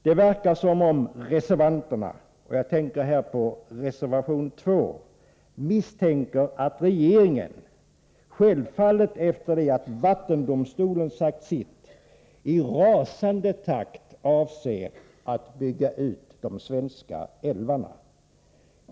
Det verkar som om reservanterna — jag tänker här på reservation 2 — misstänker att regeringen, efter det att vattendomstolen sagt sitt, avser att i rasande takt bygga ut de svenska älvarna.